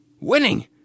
Winning